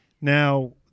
Now